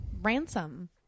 Ransom